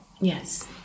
Yes